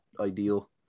ideal